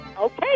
Okay